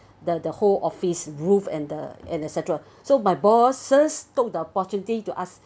the the whole office roof and the and et cetera so my bosses took the opportunity to ask